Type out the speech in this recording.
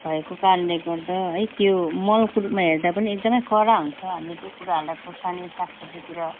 भएको कारणले गर्दा है त्यो मलको रूपमा हेर्दा पनि एकदम कडा हुन्छ हामीले त्यो कुराहरूलाई खुर्सानी साग सब्जीतिर